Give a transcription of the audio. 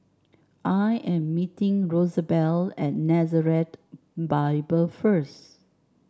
I am meeting Rosabelle at Nazareth Bible first